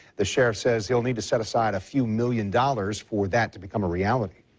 the sheriff says he'll need to set aside a few million dollars for that to become a reality.